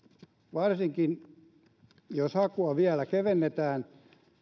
varsinkin jos hakua vielä kevennetään